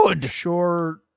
sure